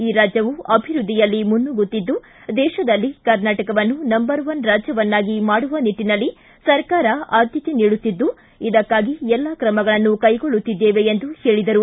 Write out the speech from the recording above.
ಈ ರಾಜ್ಯವು ಅಭಿವೃದ್ಧಿಯಲ್ಲಿ ಮುನ್ನುಗ್ಗುತ್ತಿದ್ದು ದೇಶದಲ್ಲಿ ಕರ್ನಾಟಕವನ್ನು ನಂಬರ್ ಒನ್ ರಾಜ್ಯವನ್ನಾಗಿ ಮಾಡುವ ನಿಟ್ಟಿನಲ್ಲಿ ಸರ್ಕಾರ ಆದ್ಯತೆ ನೀಡುತ್ತಿದ್ದು ಇದಕ್ಕಾಗಿ ಎಲ್ಲಾ ಕ್ರಮಗಳನ್ನು ಕೈಗೊಳ್ಳುತ್ತಿದ್ದೇವೆ ಎಂದರು